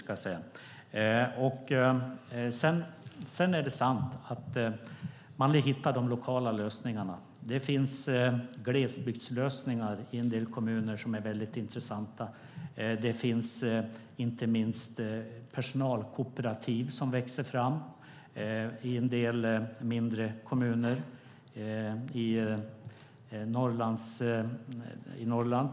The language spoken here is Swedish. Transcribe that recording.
Det är sant att man vill hitta de lokala lösningarna. Det finns glesbygdslösningar i en del kommuner som är väldigt intressanta. Det finns inte minst personalkooperativ som växer fram i en del mindre kommuner i bland annat Norrland.